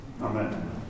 Amen